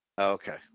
Okay